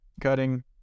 cutting